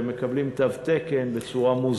ומקבלים תו תקן בצורה מוסדרת.